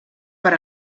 per